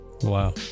Wow